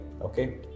Okay